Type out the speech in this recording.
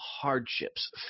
hardships